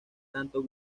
tanto